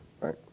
right